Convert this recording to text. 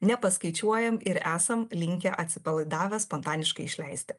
nepaskaičiuojam ir esam linkę atsipalaidavę spontaniškai išleisti